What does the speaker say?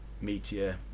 Meteor